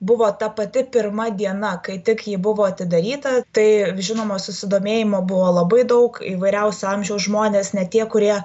buvo ta pati pirma diena kai tik ji buvo atidaryta tai žinoma susidomėjimo buvo labai daug įvairiausio amžiaus žmonės net tie kurie